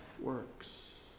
works